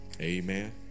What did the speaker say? Amen